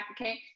okay